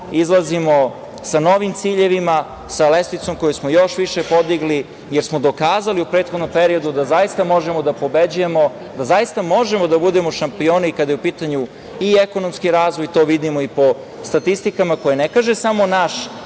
izlazimo sa novim ciljevima, sa lestvicom koju smo još više podigli, jer smo dokazali u prethodnom periodu da zaista možemo da pobeđujemo, da zaista možemo da budemo šampioni kada je u pitanju i ekonomski razvoj. To vidimo po statistikama koje ne kaže samo naš